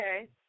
Okay